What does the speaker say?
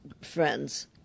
friends